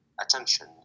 attention